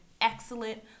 excellent